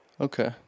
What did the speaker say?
Okay